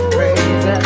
Crazy